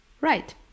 Right